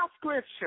scripture